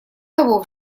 того